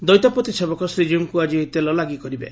ଦୈତାପତୀ ସେବକ ଶ୍ରୀକୀଉଙ୍କୁ ଆଜି ଏହି ତେଲ ଲାଗି କରିବେ